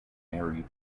airy